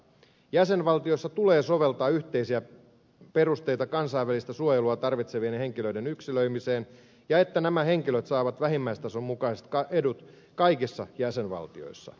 jäsenvaltioissa tulee soveltaa yhteisiä perusteita kansainvälistä suojelua tarvitsevien henkilöiden yksilöimiseen ja siihen että nämä henkilöt saavat vähimmäistason mukaiset edut kaikissa jäsenvaltioissa